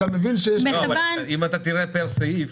מבין שיש פה --- אבל תראה פר סעיף.